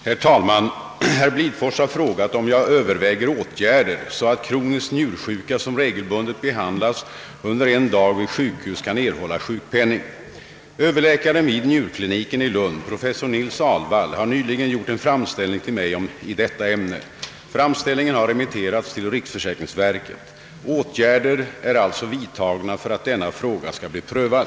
Herr talman! Herr Blidfors har frågat, om jag överväger åtgärder så att kroniskt njursjuka som regelbundet behandlas under en dag vid sjukhus kan erhålla sjukpenning. Överläkaren vid njurkliniken i Lund, professor Nils Alwall, har nyligen gjort en framställning till mig i detta ämne. Framställningen har remitterats till riksförsäkringsverket. Åtgärder är alltså vidtagna för att denna fråga skall bli prövad.